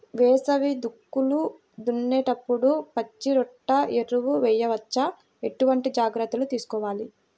వేసవి దుక్కులు దున్నేప్పుడు పచ్చిరొట్ట ఎరువు వేయవచ్చా? ఎటువంటి జాగ్రత్తలు తీసుకోవాలి?